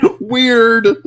Weird